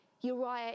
Uriah